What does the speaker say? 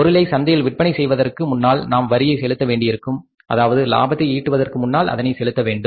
பொருளை சந்தையில் விற்பனை செய்வதற்கு முன்னால் நாம் வரியை செலுத்த வேண்டியிருக்கும் அதாவது லாபத்தை ஈட்டுவதற்கு முன்னால் அதை செலுத்த வேண்டும்